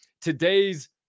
today's